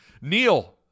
Neil